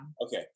Okay